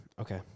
Okay